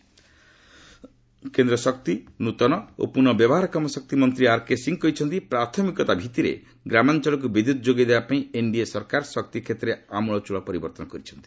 R K Singh କେନ୍ଦ୍ର ଶକ୍ତି ନୃତନ ଓ ପୁନଃବ୍ୟବହାରକ୍ଷମ ଶକ୍ତି ମନ୍ତ୍ରୀ ଆର୍କେ ସିଂ କହିଛନ୍ତି ପ୍ରାଥମିକତା ଭିତ୍ତିରେ ଗ୍ରାମାଞ୍ଚଳକୁ ବିଦ୍ୟୁତ୍ ଯୋଗାଇ ଦେବା ପାଇଁ ଏନ୍ଡିଏ ସରକାର ଶକ୍ତି କ୍ଷେତ୍ରରେ ଆମୁଳଚ୍ଚଳ ପରିବର୍ତ୍ତନ କରିଛନ୍ତି